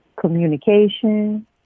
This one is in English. communication